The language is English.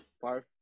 five